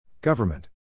Government